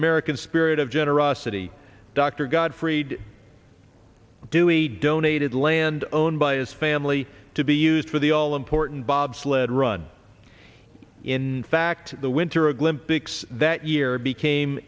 american spirit of generosity dr godfried dewey donated land owned by his family to be used for the all important bobsled run in fact the winter olympics that year became